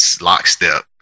lockstep